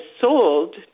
sold